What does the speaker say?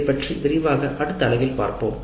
இதைப் பற்றி விரிவாக அடுத்த பகுதியில் வாதிப்போம்